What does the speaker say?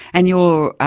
and you're.